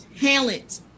Talent